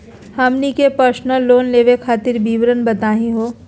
हमनी के personal loan लेवे खातीर विवरण बताही हो?